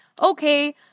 okay